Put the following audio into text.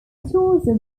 also